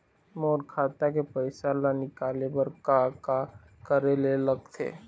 मोर खाता के पैसा ला निकाले बर का का करे ले लगथे?